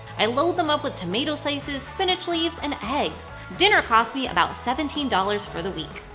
i load them up with tomato slices, spinach leaves and eggs! dinner cost me about seventeen dollars for the week.